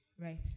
right